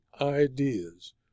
ideas